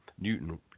Newton